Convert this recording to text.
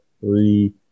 three